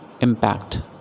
impact